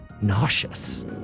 nauseous